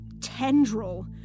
tendril